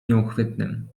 nieuchwytnym